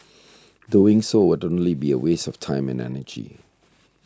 doing so would only be a waste of time and energy